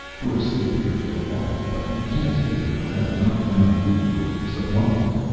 we're safe here for awhile, but we can't stay here forever. not enough food or supplies.